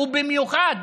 ובמיוחד,